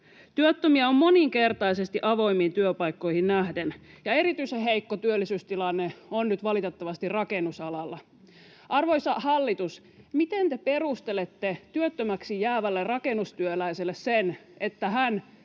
Työttömiä on moninkertaisesti avoimiin työpaikkoihin nähden, ja erityisen heikko työllisyystilanne on nyt valitettavasti rakennusalalla. Arvoisa hallitus, miten te perustelette työttömäksi jäävälle rakennustyöläiselle sen, että hän